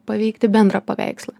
paveikti bendrą paveikslą